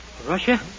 Russia